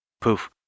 poof